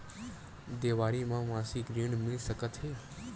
देवारी म मासिक ऋण मिल सकत हे?